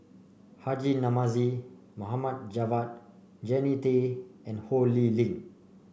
Haji Namazie Mohd Javad Jannie Tay and Ho Lee Ling